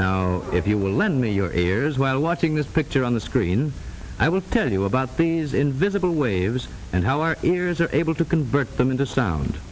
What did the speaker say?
now if you will lend me your ears while watching this picture on the screen i will tell you about these invisible waves and how our ears are able to convert them into sound